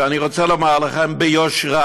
ואני רוצה לומר לכם ביושר: